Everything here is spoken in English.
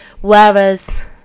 Whereas